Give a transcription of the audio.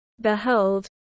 Behold